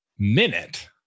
minute